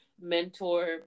mentor